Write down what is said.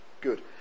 Good